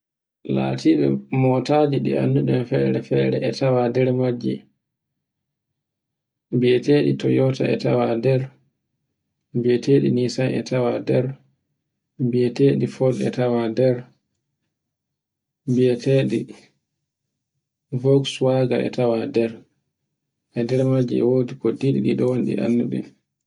Latiɓe motaji ɗi annduɗen fere-fere e tawa nder majji mbi'eteɗi Toyota e tawa nder, mbi'eteɗi Nissan e tawa nder, mbi'eteɗi Ford e tawa nder, mbi'eteɗi Boxswager e tawa nder, e nder majji e wodi ko ɗiɗi e ko annduɗen.